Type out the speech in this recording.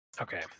Okay